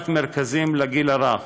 הקמת מרכזים לגיל הרך,